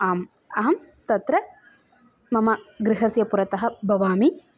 आम् अहं तत्र मम गृहस्य पुरतः भवामि